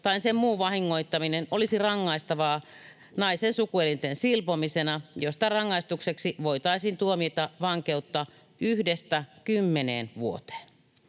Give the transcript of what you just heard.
tai sen muu vahingoittaminen olisi rangaistavaa naisen sukuelinten silpomisena, josta rangaistukseksi voitaisiin tuomita vankeutta yhdestä kymmeneen vuoteen.